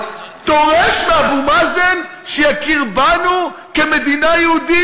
דורש מאבו מאזן שיכיר בנו כמדינה יהודית,